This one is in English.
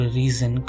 reason